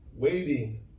Waiting